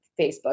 Facebook